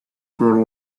grow